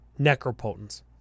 Necropotence